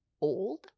old